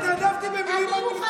תחשבו עלינו.